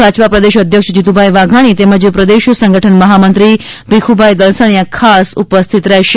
ભાજપા પ્રદેશ અધ્યક્ષ જીતુભાઇ વાઘાણી તેમજ પ્રદેશ સંગઠન મહામંત્રી ભીખુભાઇ દલસાણીયા ખાસ ઉપસ્થિત રહેશે